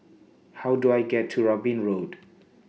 How Do I get to Robin Road